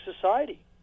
society